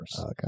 Okay